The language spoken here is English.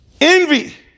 Envy